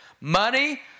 Money